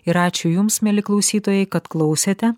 ir ačiū jums mieli klausytojai kad klausėte